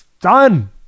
Done